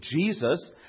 Jesus